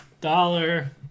Dollar